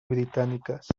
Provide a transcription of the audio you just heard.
británicas